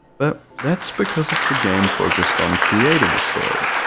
but that's because it's a game focused on creating a story.